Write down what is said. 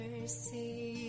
mercy